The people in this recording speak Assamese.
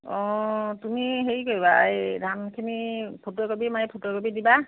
অঁ তুমি হেৰি কৰিবা এই ধানখিনি ফটো একপি মাৰি ফটো একপি দিবা